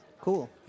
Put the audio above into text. Cool